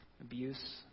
Abuse